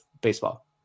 baseball